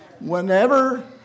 whenever